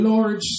Lord